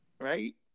right